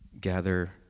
gather